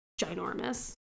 ginormous